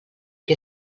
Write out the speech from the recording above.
que